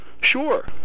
Sure